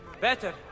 Better